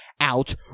out